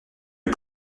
est